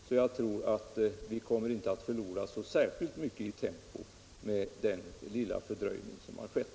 Så jag tror inte att vi kommer att förlora så särskilt mycket tempo med den lilla fördröjning som skett.